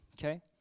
Okay